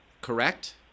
correct